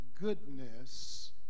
goodness